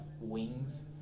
wings